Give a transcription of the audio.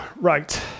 right